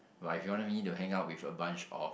like if you wanted me to hang out with a bunch of